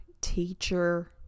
teacher